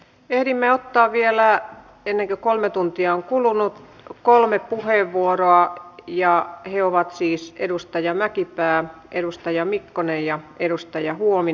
ehdimme ottaa vielä ennen kuin kolme tuntia on kulunut kolme puheenvuoroa ja he ovat siis edustaja mäkipää edustaja mikkonen ja edustaja huovinen